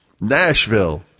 Nashville